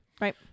Right